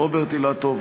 רוברט אילטוב,